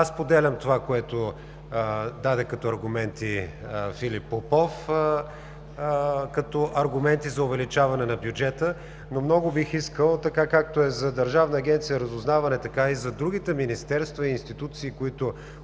Аз споделям това, което даде като аргументи Филип Попов, като аргументи за увеличаване на бюджета. Но много бих искал, така както е за Държавна агенция „Разузнаване“, така и за другите министерства и институции, които